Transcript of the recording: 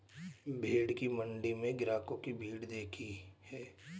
भेंड़ की मण्डी में ग्राहकों की भीड़ दिखती है